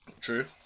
True